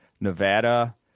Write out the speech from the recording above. Nevada